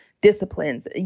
disciplines